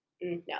no